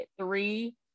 three